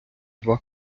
два